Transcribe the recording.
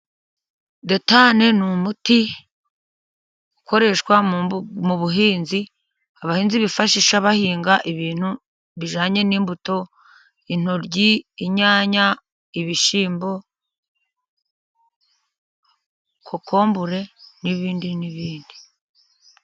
Detane ni umuti ukoreshwa mu buhinzi, abahinzi bifashisha bahinga ibintu bijyanye n'imbuto, intoryi, inyanya, ibishyimbo, kokombure n'ibindi n'ibindi.